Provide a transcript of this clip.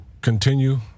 continue